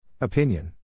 Opinion